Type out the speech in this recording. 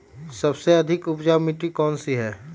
सबसे अधिक उपजाऊ मिट्टी कौन सी हैं?